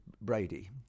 Brady